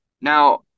Now